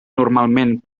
normalment